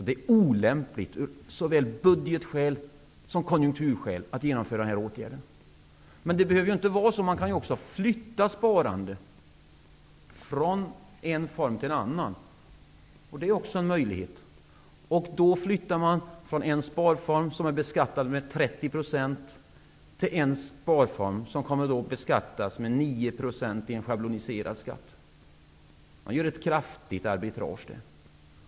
Det är olämpligt att genomföra det här förslaget, såväl av budgetskäl som av konjunkturskäl. Man kan ju också flytta sparande från en form till en annan. Det är också en möjlighet. I det här fallet flyttar man sparandet från en form som är beskattad med 30 % till en annan sparform som kommer att beskattas schablonmässigt med 9 %. Det gör ett kraftigt arbritage.